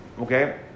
okay